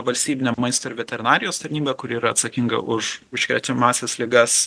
valstybinė maisto ir veterinarijos tarnyba kuri yra atsakinga už užkrečiamąsias ligas